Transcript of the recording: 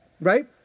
Right